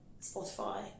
Spotify